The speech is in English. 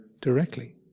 directly